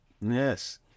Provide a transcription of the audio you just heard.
Yes